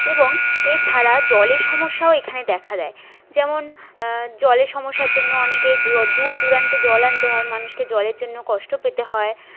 এবং এছাড়া জলের সমস্যাও এখানে দেখা দেয় যেমন জলের সমস্যার জন্য অনেকেই দূর দূরান্তে জল আনতে হয় মানুষকে জলের জন্য কষ্ট পেতে হয়